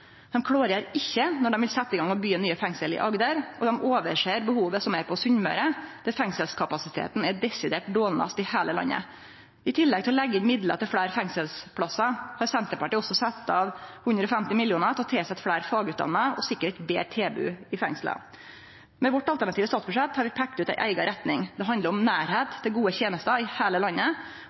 Dei klårgjer ikkje når dei vil setje i gang med å byggje nye fengsel i Agder, og dei overser behovet som er på Sunnmøre, der fengselskapasiteten er den desidert dårlegaste i heile landet. I tillegg til å leggje inn midlar til fleire fengselsplassar har Senterpartiet også sett av 150 mill. kr til å tilsetje fleire fagutdanna og sikre eit betre tilbod i fengsla. Med vårt alternative statsbudsjett har vi peikt ut ei eiga retning. Det handlar om nærleik til gode tenester i heile landet